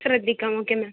ശ്രദ്ധിക്കാം ഓക്കെ മാം